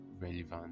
relevant